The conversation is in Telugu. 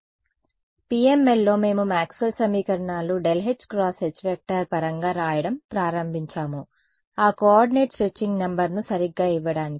కాబట్టి PML లో మేము మాక్స్వెల్ సమీకరణాలను hxH పరంగా రాయడం ప్రారంభించాము ఆ కోఆర్డినేట్ స్ట్రెచింగ్ నంబర్ను సరిగ్గా ఇవ్వడానికి